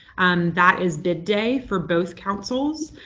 that is the day for both councils.